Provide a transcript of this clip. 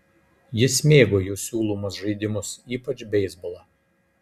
jis mėgo jų siūlomus žaidimus ypač beisbolą